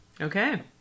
Okay